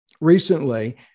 recently